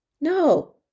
No